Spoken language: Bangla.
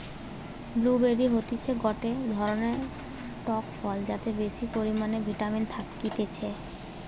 ব্লু বেরি হতিছে গটে ধরণের টক ফল যাতে বেশি পরিমানে ভিটামিন থাকতিছে